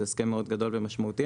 הסכם מאוד גדול ומשמעותי.